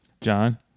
John